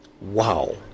Wow